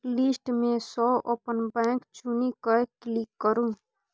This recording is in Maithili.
लिस्ट मे सँ अपन बैंक चुनि कए क्लिक करु